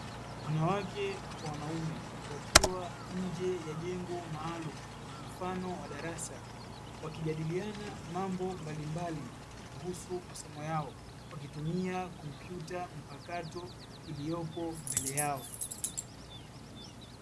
Wanawake na wanaume wakiwa nje ya jengo maalumu mfano wa darasa, wakijadiliana mambo mbalimbali kuhusu masomo yao wakitumia kompyuta mpakato iliyopo mbele yao.